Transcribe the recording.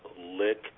Lick